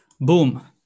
boom